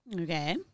Okay